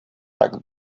tak